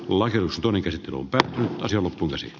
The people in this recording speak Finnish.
lakeus toinen käsi lumpeen asema punos